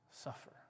suffer